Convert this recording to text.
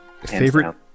Favorite